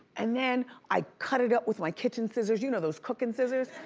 and then i cut it up with my kitchen scissors, you know, those cooking scissors?